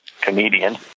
comedian